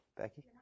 Becky